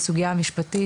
סוגיה משפטית,